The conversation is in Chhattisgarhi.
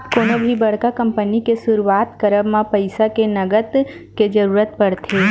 कोनो भी बड़का कंपनी के सुरुवात करब म पइसा के नँगत के जरुरत पड़थे